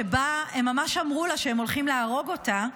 שבה הם ממש אמרו לה שהם הולכים להרוג אותה,